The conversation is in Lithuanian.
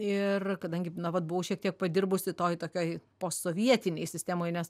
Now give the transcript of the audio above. ir kadangi na vat buvau šiek tiek padirbusi toj tokioj postsovietinėj sistemoj nes